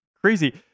crazy